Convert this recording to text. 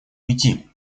уйти